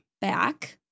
back